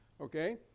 okay